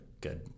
good